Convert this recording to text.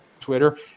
Twitter